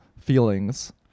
feelings